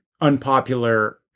unpopular